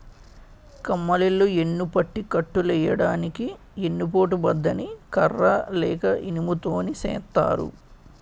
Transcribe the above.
కమ్మలిల్లు యెన్నుపట్టి కట్టులెయ్యడానికి ఎన్ని పోటు బద్ద ని కర్ర లేక ఇనుము తోని సేత్తారు